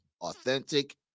Authentic